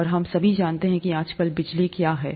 और हम सभी जानते हैं कि आजकल बिजली क्या है